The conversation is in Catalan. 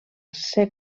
ser